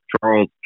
Charles